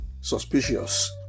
suspicious